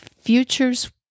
future's